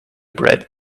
bread